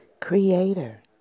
Creator